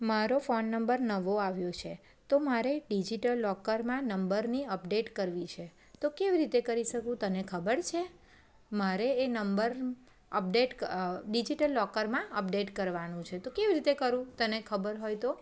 મારો phone number નવો આવ્યો છે તો મારે ડિઝિટલ લૉકરમાં નંબરની અપડેટ કરવી છે તો કેવી રીતે કરી શકું તને ખબર છે મારે એ નંબર અપડેટ ડિઝિટલ લૉકરમાં અપડેટ કરવાનો છે તો કેવી રીતે કરું તને ખબર હોય તો